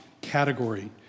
category